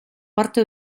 parte